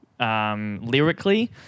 Lyrically